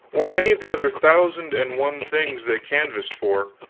or any of the other thousand and one things they canvassed for,